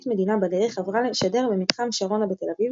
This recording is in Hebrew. מדינה בדרך עברה לשדר ממתחם שרונה בתל אביב,